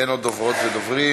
אין עוד דוברות ודוברים,